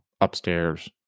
upstairs